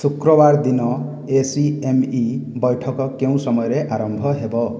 ଶୁକ୍ରବାର ଦିନ A C M E ବୈଠକ କେଉଁ ସମୟରେ ଆରମ୍ଭ ହେବ